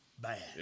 bad